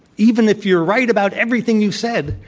even if you're right about everything you said,